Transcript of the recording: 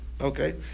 okay